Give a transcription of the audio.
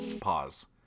pause